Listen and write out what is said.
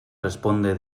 responde